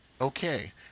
Okay